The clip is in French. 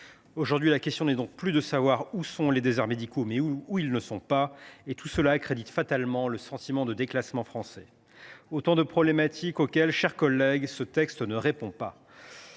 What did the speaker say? Aujourd’hui, la question est non plus de savoir où sont les déserts médicaux, mais où ils ne sont pas, et tout cela accrédite fatalement le sentiment de déclassement français. Autant de problématiques auxquelles cette proposition de loi ne répond pas